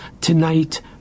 tonight